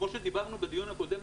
כמו שדיברנו בדיון הקודם,